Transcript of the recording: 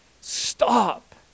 Stop